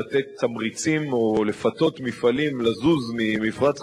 כדוגמת חוסר בהסדרה תכנונית של מסוף הכימיקלים בנמל חיפה,